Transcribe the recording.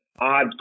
odd